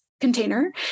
container